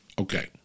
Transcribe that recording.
Okay